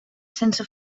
sense